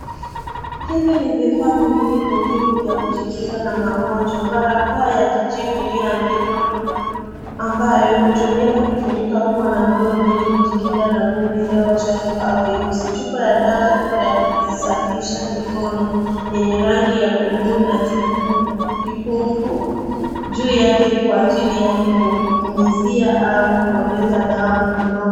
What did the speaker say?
Hivi ni vifaa viwili muhimu vya kujikinga na magonjwa, barakoa ya kijivu iliyoandikwa ambayo hutumika kufunika pua na mdomo ili kujikinga na vumbi, hewa chafu au virusi. Chupa ya dawa ya kujisafisha mikono, yenye rangi ya buluu na kipumpu, juu yake kwa ajili ya kunyunyuzia au kubonyeza dawa mikononi.